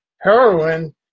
heroin